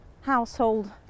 household